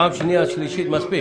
פעם שנייה, שלישית, מספיק.